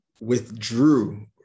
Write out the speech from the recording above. withdrew